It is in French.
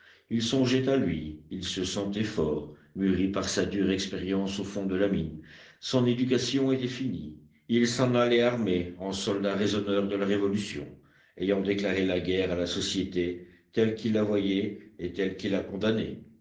il songeait à lui il se sentait fort mûri par sa dure expérience au fond de la mine son éducation était finie il s'en allait armé en soldat raisonneur de la révolution ayant déclaré la guerre à la société telle qu'il la voyait et telle qu'il la condamnait